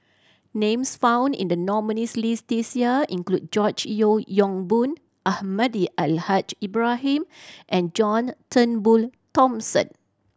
names found in the nominees' list this year include George Yeo Yong Boon Almahdi Al Haj Ibrahim and John Turnbull Thomson